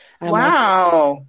Wow